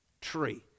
tree